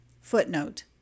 Footnote